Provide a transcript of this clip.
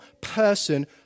person